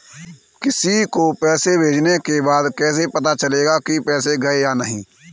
किसी को पैसे भेजने के बाद कैसे पता चलेगा कि पैसे गए या नहीं?